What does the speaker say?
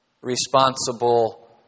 responsible